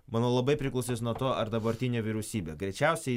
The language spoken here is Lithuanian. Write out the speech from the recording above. manau labai priklausys nuo to ar dabartinė vyriausybė greičiausiai